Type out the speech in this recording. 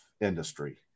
industry